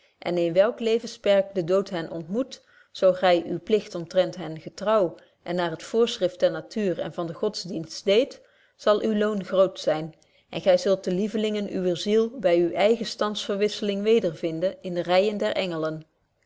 en in welk levensperk de dood hen ontmoet zo gy uwen pligt omtrent hen getrouw en naar het voorschrift der natuur en van den godsdienst deedt zal uw loon groot zyn en gy zult de lievelingen uwer ziel by uwe eigen standsverwisseling wedervinden in de reijen der engelen